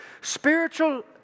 spiritual